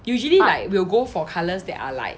usually will go for colors that are like